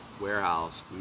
warehouse